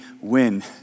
win